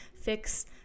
fix